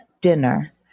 dinner